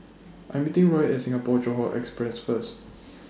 I Am meeting Roy At Singapore Johore Express First